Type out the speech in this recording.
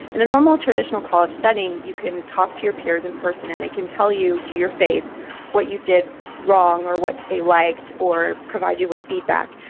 in a normal traditional college setting you can talk to your peers in person and they can tell you to your face what you did wrong or what they liked or provide you with feedback,